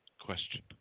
question